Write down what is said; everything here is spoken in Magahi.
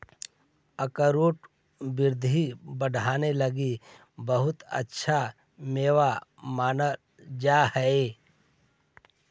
अखरोट बुद्धि बढ़ावे लगी बहुत अच्छा मेवा मानल जा हई